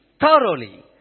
thoroughly